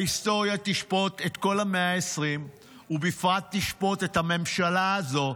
ההיסטוריה תשפוט את כל ה-120 ובפרט תשפוט את הממשלה הזו,